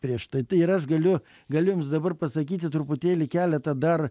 prieš tai tai ir aš galiu galiu jums dabar pasakyti truputėlį keletą dar